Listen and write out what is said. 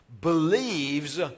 believes